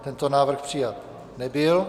Tento návrh přijat nebyl.